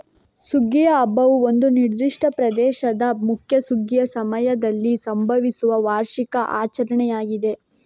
ಸುಗ್ಗಿಯ ಹಬ್ಬವು ಒಂದು ನಿರ್ದಿಷ್ಟ ಪ್ರದೇಶದ ಮುಖ್ಯ ಸುಗ್ಗಿಯ ಸಮಯದಲ್ಲಿ ಸಂಭವಿಸುವ ವಾರ್ಷಿಕ ಆಚರಣೆಯಾಗಿದೆ